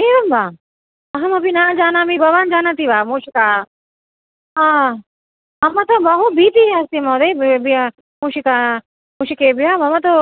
एवं वा अहमपि न जानामि भवान् जानाति वा मूषिकाः मम तु बहु भीतिः अस्ति महोदय मूषिकाः मूषिकाभ्यः मम तु